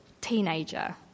teenager